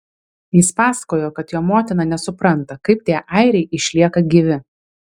jis pasakojo kad jo motina nesupranta kaip tie airiai išlieka gyvi